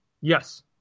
Yes